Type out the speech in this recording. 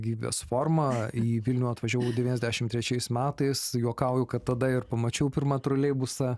gyvybės forma į vilnių atvažiavau devyniasdešim trečiais metais juokauju kad tada ir pamačiau pirmą troleibusą